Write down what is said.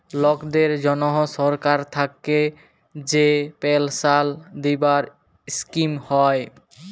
লকদের জনহ সরকার থাক্যে যে পেলসাল দিবার স্কিম হ্যয়